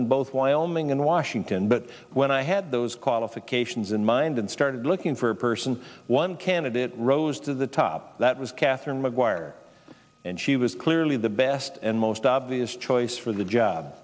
in both wyoming and washington but when i had those qualifications in mind and started looking for a person one candidate rose to the top that was katharine mcguire and she was clearly the best and most obvious choice for the job